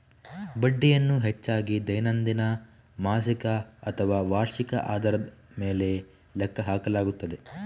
ಬಡ್ಡಿಯನ್ನು ಹೆಚ್ಚಾಗಿ ದೈನಂದಿನ, ಮಾಸಿಕ ಅಥವಾ ವಾರ್ಷಿಕ ಆಧಾರದ ಮೇಲೆ ಲೆಕ್ಕ ಹಾಕಲಾಗುತ್ತದೆ